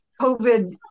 COVID